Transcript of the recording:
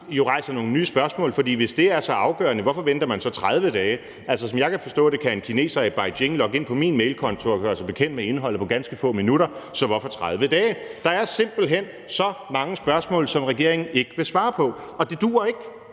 rejser nogle nye spørgsmål. For hvis det er så afgørende, hvorfor venter man så 30 dage? Altså, som jeg kan forstå det, kan en kineser i Beijing logge ind på min mailkonto og gøre sig bekendt med indholdet på ganske få minutter – så hvorfor 30 dage? Der er simpelt hen så mange spørgsmål, som regeringen ikke vil svare på. Og det duer ikke,